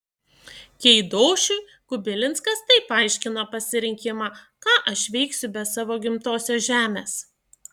keidošiui kubilinskas taip aiškino pasirinkimą ką aš veiksiu be savo gimtosios žemės